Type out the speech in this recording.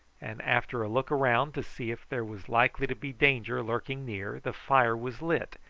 and after a look round to see if there was likely to be danger lurking near, the fire was lit,